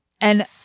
And-